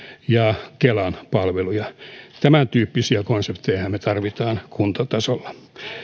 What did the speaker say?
ja kelan palveluja tämän tyyppisiä konseptejahan me tarvitsemme kuntatasolla